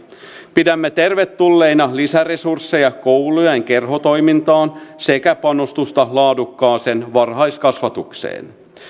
pidämme tervetulleina lisäresursseja koulujen kerhotoimintaan sekä panostusta laadukkaaseen varhaiskasvatukseen